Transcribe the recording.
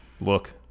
Look